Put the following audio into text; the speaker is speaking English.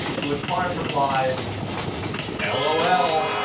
to which parnas replied l o l.